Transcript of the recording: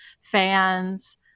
fans